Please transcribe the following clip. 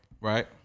right